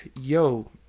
Yo